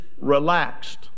relaxed